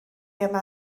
yma